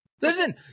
listen